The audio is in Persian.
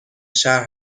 شهر